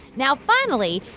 now, finally,